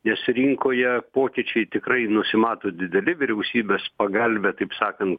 nes rinkoje pokyčiai tikrai nusimato dideli vyriausybės pagalvę taip sakant